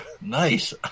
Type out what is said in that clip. nice